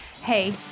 Hey